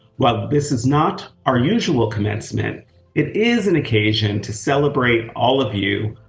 while this is not our usual commencement it is an occasion to celebrate all of you,